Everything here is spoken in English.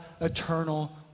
eternal